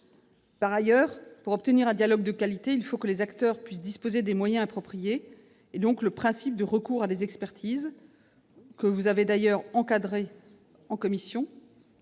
Par ailleurs, pour obtenir un dialogue de qualité, il faut que les acteurs disposent des moyens appropriés. Le principe de recours à des expertises, que vous avez d'ailleurs encadré lors